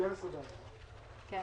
פעילותם אינה